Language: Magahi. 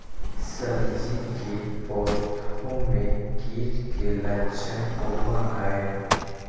सब्जी के पौधो मे कीट के लच्छन होबहय?